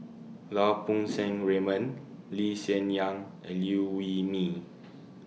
Lau Poo Seng Raymond Lee Hsien Yang and Liew Wee Mee